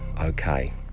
Okay